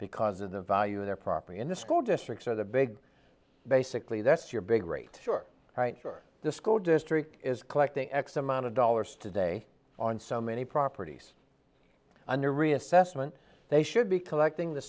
because of the value of their property in the school districts or the big basically that's your big rate sure sure the school district is collecting x amount of dollars today on so many properties under reassessment they should be collecting the